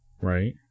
Right